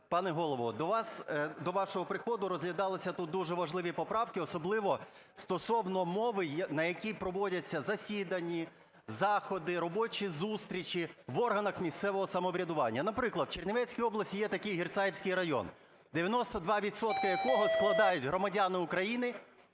пане Голово, до вас. До вашого приходу розглядалися тут дуже важливі поправки, особливо стосовно мови, на якій проводяться засідання, заходи, робочі зустрічі в органах місцевого самоврядування. Наприклад, в Чернівецькій області є такий Герцаївський район, 92 відсотки якого складають громадяни України,